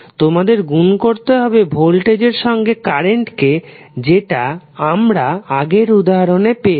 তোমাদের গুন করতে হবে ভোল্টেজ এর সঙ্গে কারেন্টকে যেটা আমরা আগের উদাহরণে পেয়েছি